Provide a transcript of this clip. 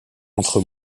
entre